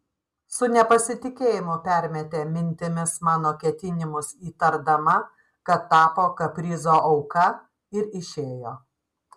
su nepasitikėjimu permetė mintimis mano ketinimus įtardama kad tapo kaprizo auka ir išėjo